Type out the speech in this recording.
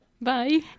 Bye